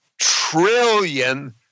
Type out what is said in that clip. trillion